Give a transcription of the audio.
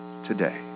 Today